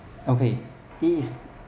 okay it is